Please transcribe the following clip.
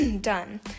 done